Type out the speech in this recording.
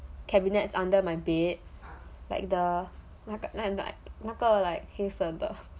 cabinets under my bed like the like 那个 like 黑色的